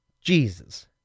Jesus